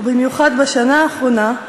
ובמיוחד בשנה האחרונה,